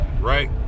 right